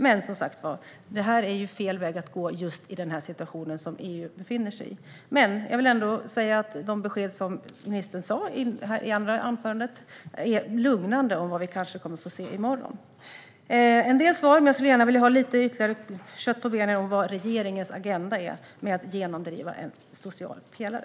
Men detta är fel väg att gå just i den situation EU nu befinner sig. Jag vill ändå säga att de besked som ministern gav i sitt andra inlägg är lugnande när det gäller vad vi kan komma att få se i morgon. Jag har fått en del svar, men jag skulle ändå vilja få en del ytterligare kött på benen när det gäller regeringens agenda med att genomdriva en social pelare.